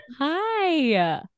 Hi